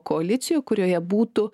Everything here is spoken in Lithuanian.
koalicijoj kurioje būtų